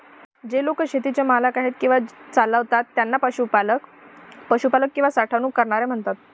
जे लोक शेतीचे मालक आहेत किंवा चालवतात त्यांना पशुपालक, पशुपालक किंवा साठवणूक करणारे म्हणतात